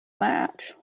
match